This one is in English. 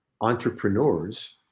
entrepreneurs